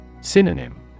Synonym